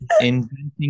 inventing